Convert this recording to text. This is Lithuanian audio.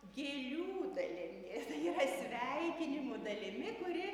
gėlių dalimi tai yra sveikinimų dalimi kuri